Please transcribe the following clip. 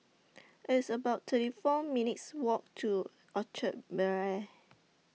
It's about thirty four minutes' Walk to Orchard Bel Air